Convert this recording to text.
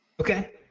Okay